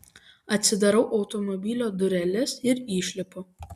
atsidarau automobilio dureles ir išlipu